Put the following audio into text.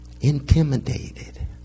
Intimidated